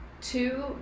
two